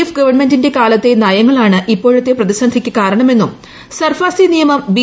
F ഗവൺമെന്റിന്റെ കാലത്തെ നയങ്ങളാണ് ഇപ്പോഴത്തെ പ്രതിസന്ധിക്ക് കാരണമെന്നും സർഫാസി നിയമം ബി